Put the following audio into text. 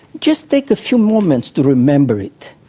just take a few moments to remember it.